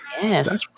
Yes